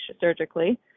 surgically